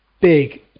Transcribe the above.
big